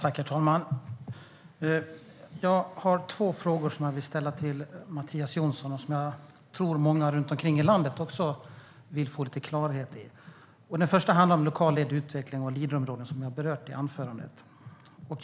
Herr talman! Jag har två frågor som jag vill ställa till Mattias Jonsson och som jag tror att många runt om i landet också vill få lite klarhet i. Den första handlar om lokalt ledd utveckling och Leaderområden, som jag har berört i anförandet.